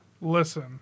Listen